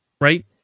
right